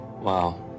Wow